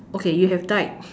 okay you have died